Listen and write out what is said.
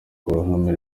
ruhame